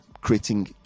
creating